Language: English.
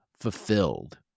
fulfilled